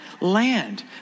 land